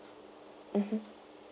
mmhmm